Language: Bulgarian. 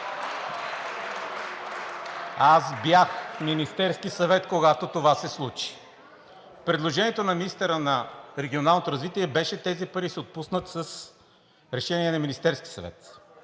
Аз бях в Министерския съвет, когато това се случи. Предложението на министъра на регионалното развитие беше тези пари да се отпуснат с решение на Министерския съвет…